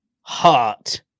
heart